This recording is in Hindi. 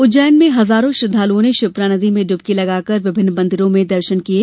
उज्जैन में हजारों श्रद्वालुओं ने क्षिप्रा नदी में डुबकी लगाकर विभिन्न मंदिरों में दर्शन किये